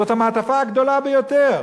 זאת המעטפה הגדולה ביותר.